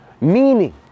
Meaning